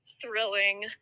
thrilling